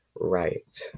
right